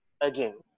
again